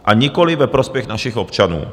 A nikoliv ve prospěch našich občanů.